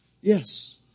Yes